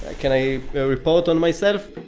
ah can i report on myself?